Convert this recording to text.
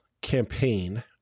campaign